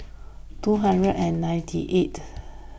two hundred and ninety eight